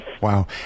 Wow